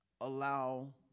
allow